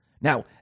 Now